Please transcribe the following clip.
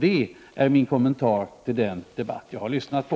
Detta är min kommentar till den debatt som jag har lyssnat på.